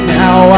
now